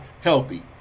healthy